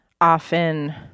often